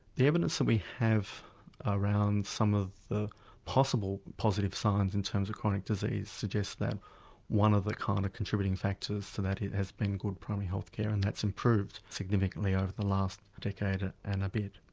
the evidence that we have around some of the possible positive signs in terms of chronic disease suggest that one of the kind of contributing factors to that has been good primary health care and that's improved significantly over the last decade and a bit.